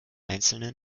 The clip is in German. einzelnen